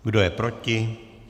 Kdo je proti?